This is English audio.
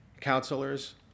counselors